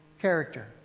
character